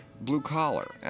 blue-collar